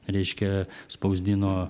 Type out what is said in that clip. reiškia spausdino